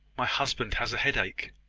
my husband has a headache!